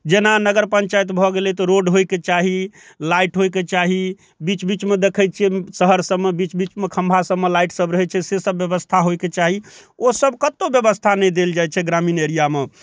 जेना नगर पञ्चायत भऽ गेलै तऽ रोड होइ के चाही लाइट होइके चाही बीच बीचमे देखै छियै शहर सबमे बीच बीचमे खम्भा सबमे लाइट सब रहै छै से सब बेबस्था होइके चाही ओ सब कतौ बेबस्था नहि देल जाइ छै ग्रामीण एरियामे